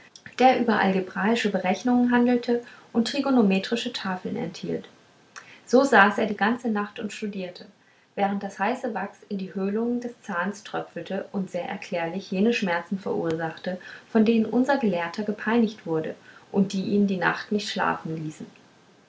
der über algebraische berechnungen handelte und trigonometrische tafeln enthielt so saß er die ganze nacht und studierte während das heiße wachs in die höhlung des zahns tröpfelte und sehr erklärlich jene schmerzen verursachte von denen unser gelehrter gepeinigt wurde und die ihn die nacht nicht schlafen ließen